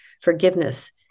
forgiveness